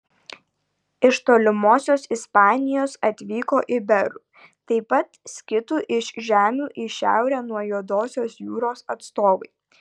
iš tolimosios ispanijos atvyko iberų taip pat skitų iš žemių į šiaurę nuo juodosios jūros atstovai